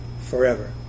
forever